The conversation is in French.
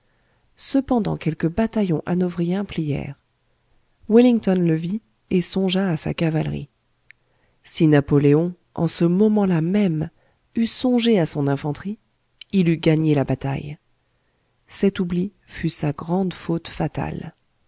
cependant quelques bataillons hanovriens plièrent wellington le vit et songea à sa cavalerie si napoléon en ce moment-là même eût songé à son infanterie il eût gagné la bataille cet oubli fut sa grande faute fatale